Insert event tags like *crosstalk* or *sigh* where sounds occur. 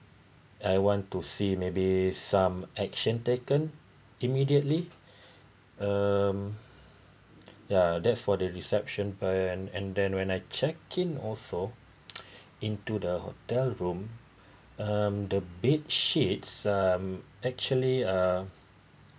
I want to see maybe some action taken immediately *breath* um yeah that's for the reception burn and then when I check in also *noise* into the hotel room um the bed sheets um actually uh